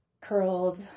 curled